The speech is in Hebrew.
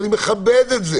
אני מכבד את זה